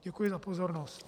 Děkuji za pozornost.